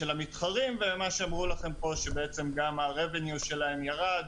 של המתחרים ומה שאמרו לכם שבעצם גם ה-revenue ירד